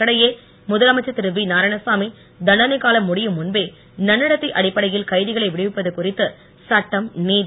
இதற்கிடையே முதலமைச்சர் இரு வி நாராயணசாமி தண்டனைக் காலம் முடியும் முன்பே நன்னடத்தை அடிப்படையில் கைதிகளை விடுவிப்பது குறித்து சட்டம் நீதி